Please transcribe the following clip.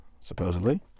supposedly